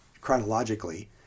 chronologically